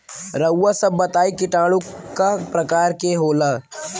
रउआ सभ बताई किटाणु क प्रकार के होखेला?